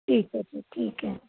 ਠੀਕ ਐ ਜੀ ਠੀਕ ਐ